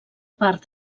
part